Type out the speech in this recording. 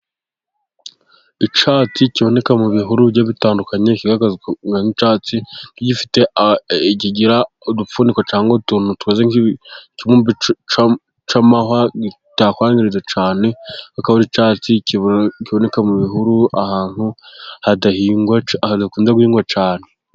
Icyatsi kiboneka mu bihuru bigiye bitandukanye, kigaragazwa kumera nk'icyatsi nk'igifite kigira udupfundiko, cyangwa utuntu tumeze nk'ikibumbe cy'amahwa gitahwanyirije cyane, kikaba ari icyatsi kiboneka mu bihuru ahantu hadakunze guhingwa cyane.